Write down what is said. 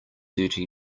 thirty